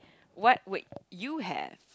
what would you have